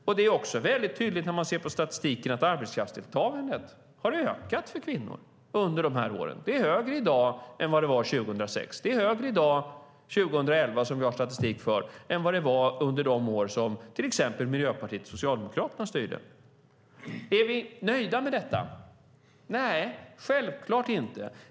När man ser på statistiken är det också väldigt tydligt att arbetskraftsdeltagandet har ökat för kvinnor under de här åren. Det är högre i dag än vad det var 2006. Det var högre 2011, som vi har statistik för, än vad det var under de år som till exempel Socialdemokraterna styrde med stöd av bland annat Miljöpartiet. Är vi nöjda med detta? Självklart inte.